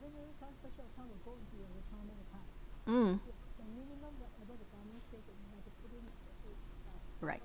mm right